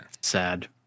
Sad